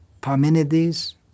Parmenides